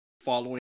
following